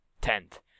Tenth